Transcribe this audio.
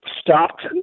stopped